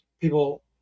people